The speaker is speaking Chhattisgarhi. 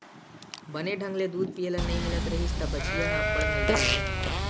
बने ढंग ले दूद पिए ल नइ मिलत रिहिस त बछिया ह अब्बड़ नरियावय